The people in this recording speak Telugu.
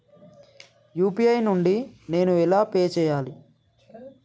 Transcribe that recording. యూ.పీ.ఐ నుండి నేను ఎలా పే చెయ్యాలి?